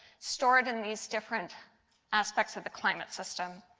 stored in these different aspects of the climate system.